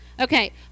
Okay